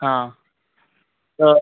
हा तर